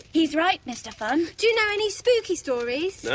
he's right, mr funn. do you know any spooky stories? no,